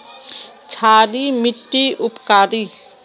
क्षारी मिट्टी उपकारी?